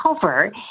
cover